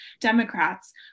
Democrats